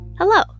Hello